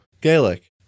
Gaelic